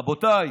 רבותיי,